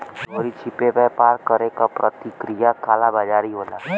चोरी छिपे व्यापार करे क प्रक्रिया कालाबाज़ारी होला